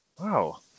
wow